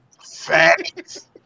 facts